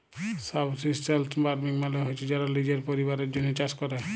subsistence farming মালে হছে যারা লিজের পরিবারের জ্যনহে চাষ ক্যরে